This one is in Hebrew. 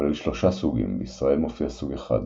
כולל שלושה סוגים, בישראל מופיע סוג אחד